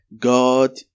God